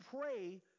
pray